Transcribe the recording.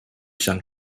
some